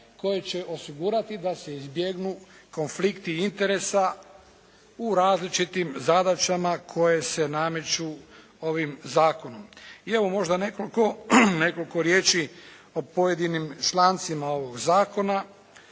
koje će osigurati da se izbjegnu konflikti interesa u različitim zadaćama koje se nameću ovim zakonom. I evo možda nekoliko riječi o pojedinim člancima ovog zakona.